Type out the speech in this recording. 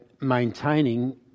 maintaining